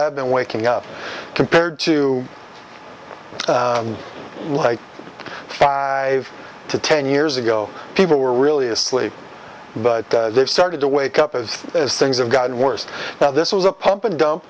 have been waking up compared to like five to ten years ago people were really asleep but they've started to wake up as as things have gotten worse now this was a pump and dump